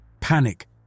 Panic